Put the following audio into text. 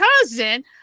cousin